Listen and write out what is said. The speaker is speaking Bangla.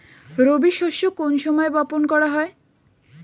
রবি শস্য কোন সময় বপন করা হয়?